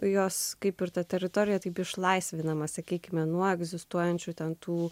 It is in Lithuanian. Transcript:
jos kaip ir tą teritoriją taip išlaisvinama sakykime nuo egzistuojančių ten tų